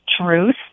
Truth